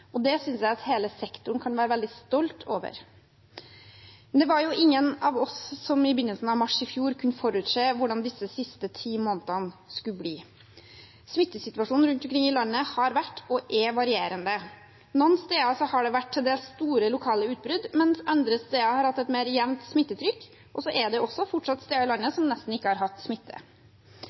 og det synes jeg hele sektoren kan være veldig stolt over. Det var ingen av oss som i begynnelsen av mars i fjor kunne forutse hvordan disse siste ti månedene skulle bli. Smittesituasjonen rundt omkring i landet har vært og er varierende. Noen steder har det vært til dels store lokale utbrudd, mens andre steder har hatt et mer jevnt smittetrykk, og det er fortsatt steder i landet som nesten ikke har hatt smitte.